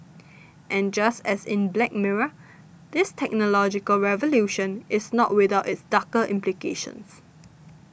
and just as in Black Mirror this technological revolution is not without its darker implications